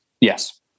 Yes